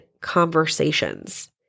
conversations